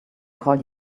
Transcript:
call